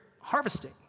harvesting